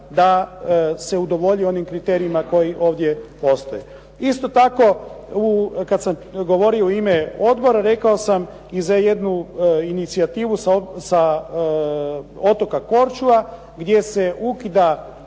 sasvim dovoljno argumenata koji ovdje postoje. Isto tako kada sam govorio u ime odbora rekao sam i za jednu inicijativu sa otoka Korčula gdje se ukida